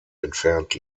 entfernt